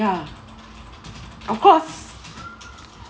ya of course